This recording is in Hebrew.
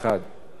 אני מאוד מודה לך.